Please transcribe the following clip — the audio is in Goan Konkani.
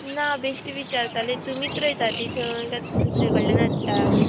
ना बेश्टे विचारताले तुमीच रोयता ती थंय दुसरे कडल्यान हाडटा